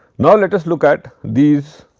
now, let us look at these